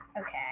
Okay